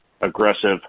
aggressive